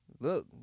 Look